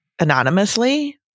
anonymously